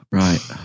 right